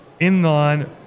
inline